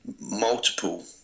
multiple